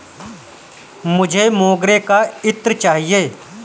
मुझे मोगरे का इत्र चाहिए